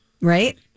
Right